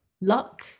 luck